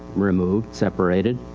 removed, separated.